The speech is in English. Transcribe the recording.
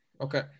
Okay